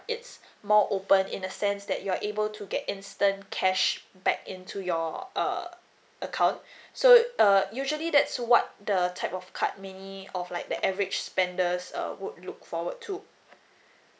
it's more open in a sense that you are able to get instant cash back into your uh account so err usually that's what the type of card may of like the average spenders err would look forward to